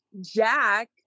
Jack